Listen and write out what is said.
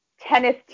tennis